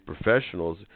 professionals